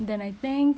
then I think